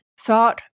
thought